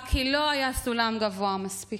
רק כי לא היה סולם גבוה מספיק.